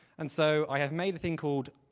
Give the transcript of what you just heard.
and so i have made a thing called,